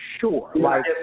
sure